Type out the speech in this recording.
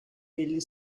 elli